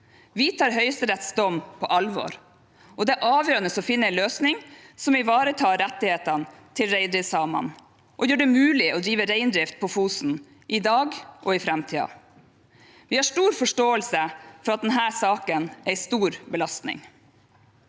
Vi tar Høyesteretts dom på alvor. Det er avgjørende å finne en løsning som ivaretar rettighetene til reindriftssamene og gjør det mulig å drive reindrift på Fosen i dag og i framtiden. Vi har stor forståelse for at denne saken er en stor belastning.